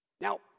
Now